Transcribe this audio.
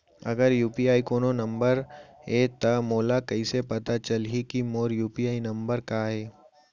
अगर यू.पी.आई कोनो नंबर ये त मोला कइसे पता चलही कि मोर यू.पी.आई नंबर का ये?